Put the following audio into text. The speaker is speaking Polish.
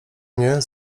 mnie